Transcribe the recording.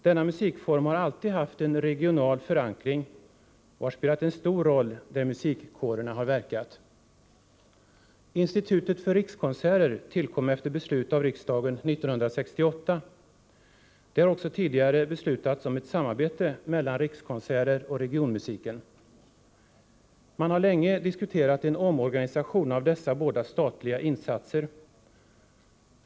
Denna musikform har alltid haft en regional förankring och har spelat en stor roll där musikkårerna har verkat. Institutet för rikskonserter tillkom efter beslut av riksdagen 1968. Det har tidigare beslutats om ett samarbete mellan Rikskonserter och regionmusiken. Man har också länge diskuterat en omorganisation av dessa båda statliga insatser.